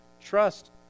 trust